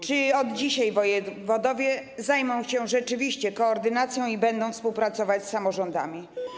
Czy od dzisiaj wojewodowie zajmą się rzeczywiście koordynacją i będą współpracować z samorządami?